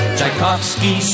Tchaikovsky